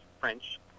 French